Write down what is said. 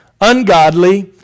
ungodly